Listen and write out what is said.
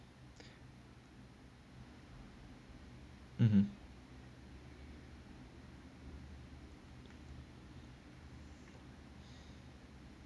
mm mm